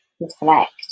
reflect